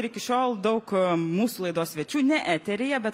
ir iki šiol daug mūsų laidos svečių ne eteryje bet